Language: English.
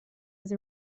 his